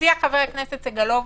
חבר הכנסת סגלוביץ'